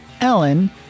Ellen